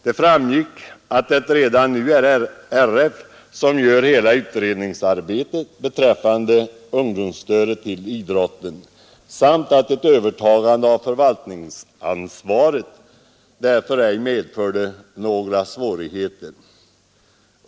Det framgick att det redan nu är RF som gör hela utredningsarbetet beträffande ungdomsstödet till idrotten samt att ett övertagande av förvaltningsansvaret därför ej medförde några svårigheter.